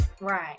right